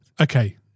Okay